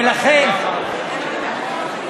ולכן, גפני,